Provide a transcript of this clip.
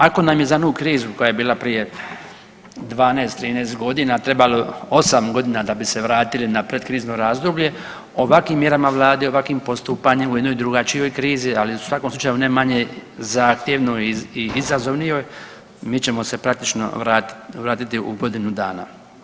Ako nam je za onu krizu koja je bila 12, 13 godina trebalo 8 godina da bi se vratili na predkrizno razdoblje ovakvim mjerama vlade, ovakvim postupanjem u jednoj drugačijoj krizi, ali u svakom slučaju ne manje zahtjevnoj i izazovnijoj mi ćemo se praktično vratiti u godinu dana.